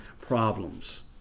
problems